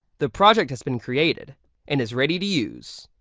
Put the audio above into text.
the project has been created and is ready to use.